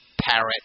parrot